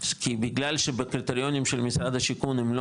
כי בגלל שבקריטריונים של משרד השיכון הם לא